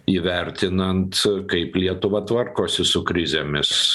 įvertinant kaip lietuva tvarkosi su krizėmis